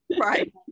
Right